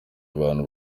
abantu